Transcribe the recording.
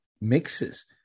mixes